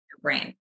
brain